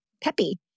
Peppy